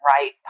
right